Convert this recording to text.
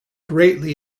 greatly